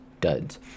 duds